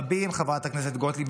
חברת הכנסת גוטליב,